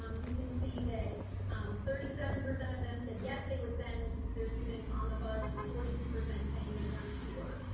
um you can see that thirty seven percent of them said yes, they were would send their students on the bus with forty two percent saying they weren't sure,